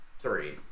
three